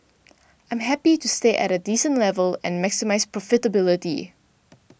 I'm happy to stay at a decent level and maximise profitability